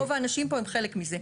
רוב האנשים פה הם חלק מזה.